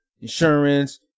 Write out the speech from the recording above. insurance